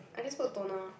I just put toner